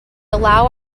allow